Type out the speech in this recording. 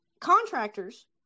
Contractors